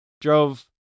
drove